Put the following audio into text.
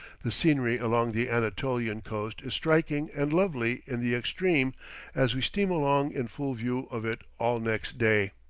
the scenery along the anatolian coast is striking and lovely in the extreme as we steam along in full view of it all next day.